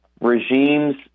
regimes